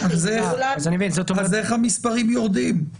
אז איך המספרים יורדים?